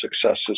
successes